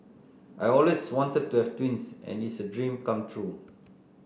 I always wanted to have twins and it's a dream come true